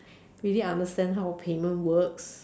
really understand how payment works